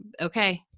okay